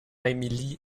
émilie